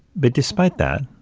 but despite that,